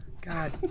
God